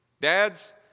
Dads